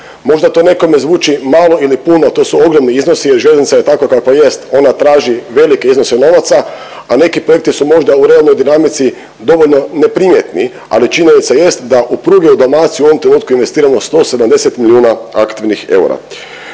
Možda to nekome zvuči malo ili puno, to su ogromni iznosi jer željeznica je takva kakva jest, ona traži velike iznose novaca, a neki projekti su možda u realnoj dinamici dovoljno neprimjetni, ali činjenica jest da u pruge u Dalmaciji u ovom trenutku investiramo 170 milijuna aktivnih eura.